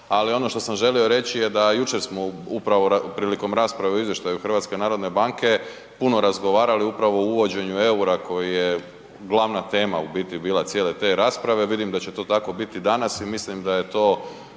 ali ono što sam želio reći je da jučer smo upravo prilikom rasprave o izvještaju HNB-a puno razgovarali upravo o uvođenju EUR-a koji je glavna tema u biti bila cijele te rasprave, vidim da će to tako biti i danas i mislim da je to